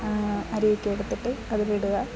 അരി ഒക്കെ എടുത്തിട്ട് അതിൽ ഇടുക